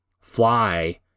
fly